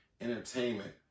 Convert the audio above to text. entertainment